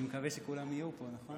אני מקווה שכולם יהיו פה, נכון?